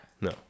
No